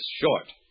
short